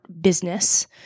business